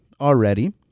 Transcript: already